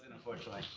unfortunately.